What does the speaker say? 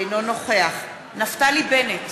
אינו נוכח נפתלי בנט,